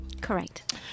Correct